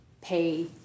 pay